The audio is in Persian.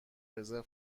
رزرو